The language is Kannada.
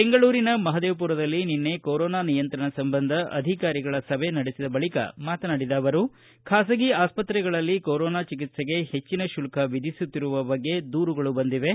ಬೆಂಗಳೂರಿನ ಮಹದೇವಪುರದಲ್ಲಿ ನಿನ್ನೆ ಕೊರೊನಾ ನಿಯಂತ್ರಣ ಸಂಬಂಧ ಅಧಿಕಾರಿಗಳ ಸಭೆ ನಡೆಸಿದ ಬಳಿಕ ಮಾತನಾಡಿದ ಅವರು ಬಾಸಗಿ ಆಸ್ವತ್ರೆಗಳಲ್ಲಿ ಕೊರೊನಾ ಚಿಕಿತ್ಸೆಗೆ ಹೆಚ್ಚಿನ ಶುಲ್ತ ವಿಧಿಸುತ್ತಿರುವ ಬಗ್ಗೆ ದೂರುಗಳು ಬಂದಿವೆ